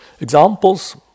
examples